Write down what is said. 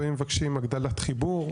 ואם מבקשים הגדלת חיבור,